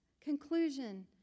conclusion